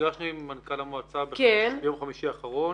נפגשנו עם מנכ"ל המועצה ביום חמישי האחרון.